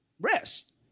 rest